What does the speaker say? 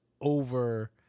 over